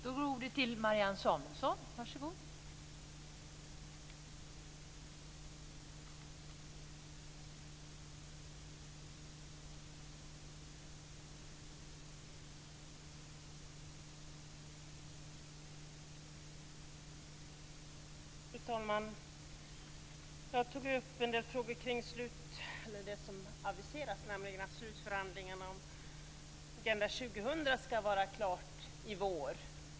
Fru talman! Jag tog upp en del frågor kring det aviserade beskedet att slutförhandlingarna om Agenda 2000 skall bli klara i vår.